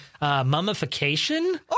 Mummification